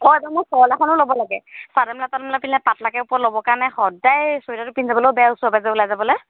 মোৰ শ্বল এখনো ল'ব লাগে চাদাৰ মেখেলা তাদৰ মেখেলা পিন্ধিলে পাতলাকৈ ওপৰত ল'বৰ কাৰণে সদায় চুৱেটাৰটো পিন্ধি যাবলৈও বেয়া ওচৰে পাজৰে ওলাই যাবলৈ